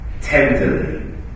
Tenderly